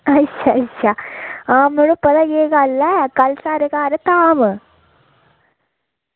अच्छा अच्छा हां मड़ो पता केह् गल्ल ऐ कल्ल साढ़े घर धाम